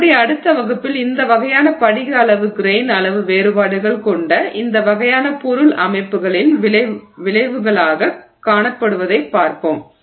நம்முடைய அடுத்த வகுப்பில் இந்த வகையான படிக அளவு கிரெய்ன் அளவு வேறுபாடுகள் கொண்ட இந்த வகையான பொருள் அமைப்புகளின் விளைவுகளாகக் காணப்படுவதைப் பார்ப்போம்